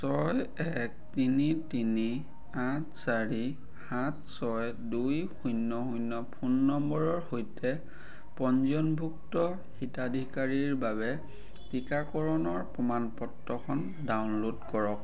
ছয় এক তিনি তিনি আঠ চাৰি সাত ছয় দুই শূন্য শূন্য ফোন নম্বৰৰ সৈতে পঞ্জীয়নভুক্ত হিতাধিকাৰীৰ বাবে টিকাকৰণৰ প্ৰমাণ পত্ৰখন ডাউনলোড কৰক